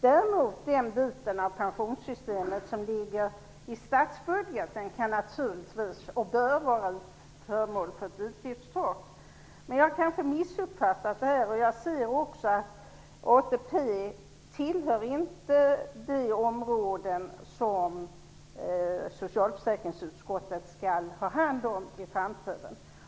Däremot kan och bör den del av pensionssystemet som ligger i statsbudgeten naturligtvis bli föremål för ett utgiftstak. Men jag har kanske missuppfattat detta. Jag ser också att ATP inte tillhör de områden som socialförsäkringsutskottet skall ha hand om i framtiden.